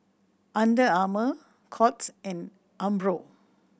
Under Armour Courts and Umbro